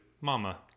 mama